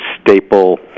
staple